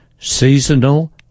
Seasonal